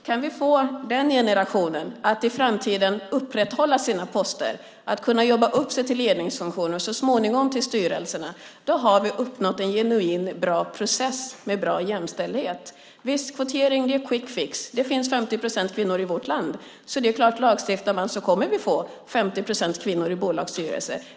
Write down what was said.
Kan vi få den generationen att i framtiden upprätthålla sina poster, jobba upp sig till ledningsfunktioner och så småningom till styrelser har vi fått en genuin bra process med bra jämställdhet. Kvotering är en quick fix. I vårt land är 50 procent kvinnor. Om man lagstiftar kommer vi alltså att få 50 procent kvinnor i bolagsstyrelserna.